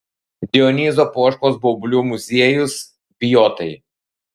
dionizo poškos baublių muziejus bijotai